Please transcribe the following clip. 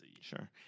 Sure